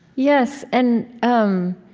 yes. and um